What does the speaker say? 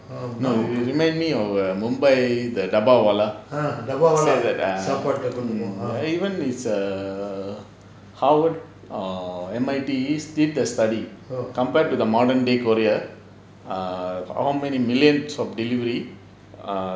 you you remind me of err mumbai the dabbawala even it's a harvard M_I_T did a study compared to modern day courier err how many millions of delivery err